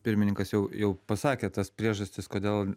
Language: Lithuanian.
pirmininkas jau jau pasakė tas priežastis kodėl